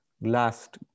last